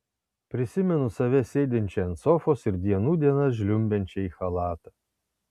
prisimenu save sėdinčią ant sofos ir dienų dienas žliumbiančią į chalatą